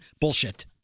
bullshit